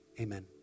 Amen